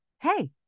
hey